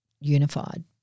unified